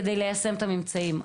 כדי ליישם את הממצאים.